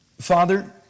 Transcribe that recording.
Father